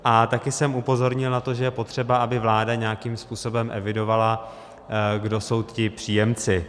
A taky jsem upozornil na to, že je potřeba, aby vláda nějakým způsobem evidovala, kdo jsou ti příjemci.